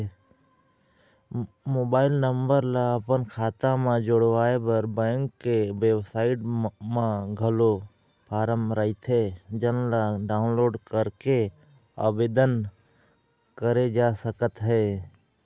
mobile number ल अपन खाता म जोड़वाए बर बेंक के बेबसाइट म घलोक फारम रहिथे जेन ल डाउनलोड करके आबेदन करे जा सकत हे